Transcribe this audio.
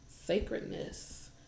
sacredness